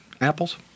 apples